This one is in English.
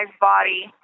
body